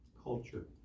culture